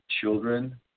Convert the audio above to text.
children